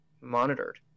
monitored